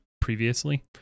previously